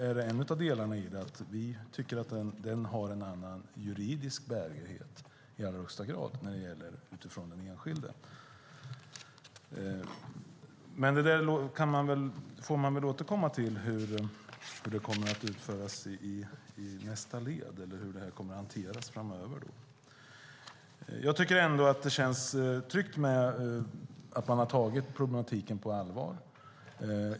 Vi tycker att avtalet har en annan juridisk bärighet för den enskilde. Vi får återkomma till hur dessa frågor kommer att hanteras framöver. Det känns ändå tryggt att problemen har tagits på allvar.